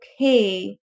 okay